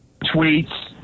tweets